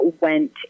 went